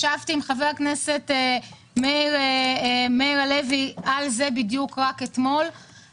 ישבתי עם חבר הכנסת הלוי אתמול בנושא הזה.